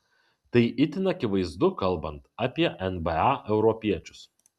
tai itin akivaizdu kalbant apie nba europiečius